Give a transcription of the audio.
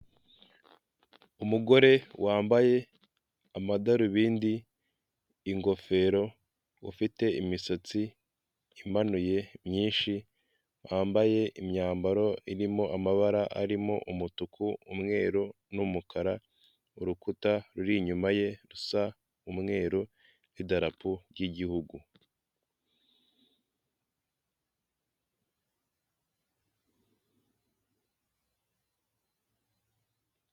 Umugore wambaye amadarubindi, ingofero ufite imisatsi imanuye myinshi wambaye imyambaro irimo amabara arimo umutuku, umweru n'umukara. Urukuta ruri inyuma ye rusa umweru n'idarapo ry'igihugu.